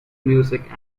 music